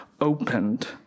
opened